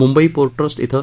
Mumbai port trust िं